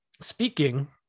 speaking